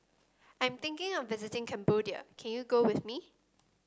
I'm thinking of visiting Cambodia can you go with me